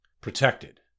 Protected